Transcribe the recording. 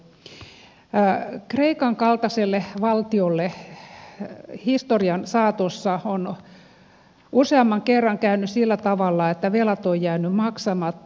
kreikan kaltaiselle valtiolle on historian saatossa useamman kerran käynyt sillä tavalla että velat ovat jääneet maksamatta